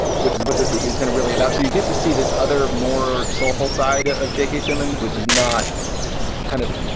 which is what the movie is going to really about. so you get to see this other, more soulful side of j k. simmons, which is not kind of,